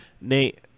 Nate